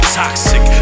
toxic